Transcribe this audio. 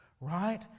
right